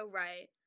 right